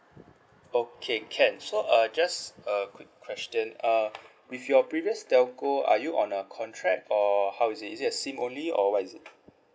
okay can so uh just a quick question uh with your previous telco are you on a contract or how is it is it a SIM only or what is it